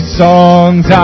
songs